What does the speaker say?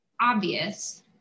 obvious